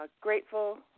Grateful